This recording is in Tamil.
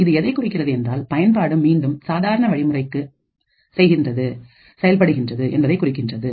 இது எதைக் குறிக்கிறது என்றால் பயன்பாடு மீண்டும் சாதாரண வழிமுறைக்கு செய்கிறது என்பதனை குறிக்கின்றது